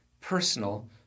personal